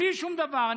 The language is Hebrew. בלי שום דבר,